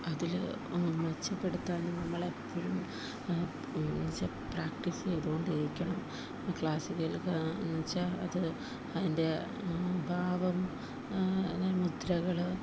അതില് മെച്ചപ്പെടുത്താനും നമ്മളെപ്പോഴും എന്നുവച്ചാല് പ്രാക്ടീസെയ്തോണ്ടേയിരിക്കണം അപ്പോള് ക്ലാസിക്കൽ എന്നുവച്ചാല് അത് അതിൻ്റെ ഭാവം മുദ്രകള്